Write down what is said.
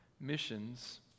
Missions